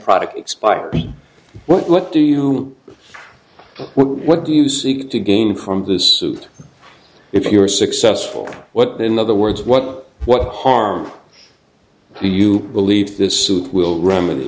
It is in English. product expired what look do you what do you seek to gain from this if you are successful what in other words what what harm do you believe this suit will remedy